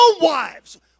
wives